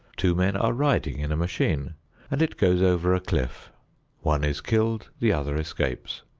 two men are riding in a machine and it goes over a cliff one is killed, the other escapes.